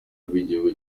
bw’igihugu